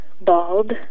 bald